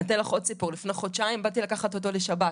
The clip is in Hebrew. אני אתן לך עוד סיפור: לפני חודשיים באתי לקחת אותו לשבת.